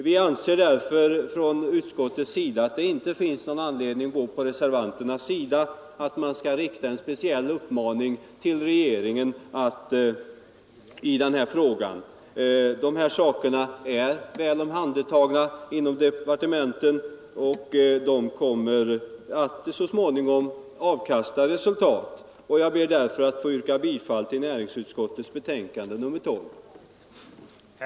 Från utskottets sida anser vi därför att det inte finns någon anledning att gå på reservanternas linje och rikta en speciell uppmaning till regeringen i detta fall. Dessa frågor är väl omhändertagna inom departementen, och åtgärderna kommer så småningom att avkasta resultat. Herr talman! Jag ber att få yrka bifall till näringsutskottets hemställan i utskottets betänkande nr 12.